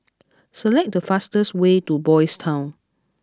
select the fastest way to Boys' Town